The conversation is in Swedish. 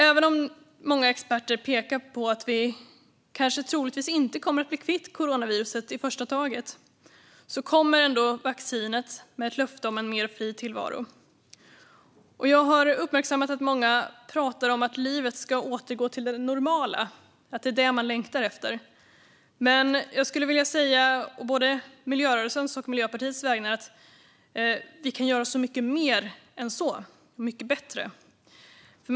Även om många experter pekar på att vi troligtvis inte kommer att bli kvitt coronaviruset i första taget kommer ändå vaccinet med ett löfte om en mer fri tillvaro. Jag har uppmärksammat att många pratar om att livet ska återgå till det normala och att det är det som man längtar efter. Men jag skulle på både miljörörelsens och Miljöpartiets vägnar vilja säga att vi kan göra så mycket mer och mycket bättre än så.